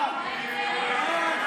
סעיף 1